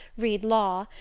read law,